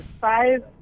Five